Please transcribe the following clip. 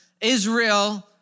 Israel